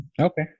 Okay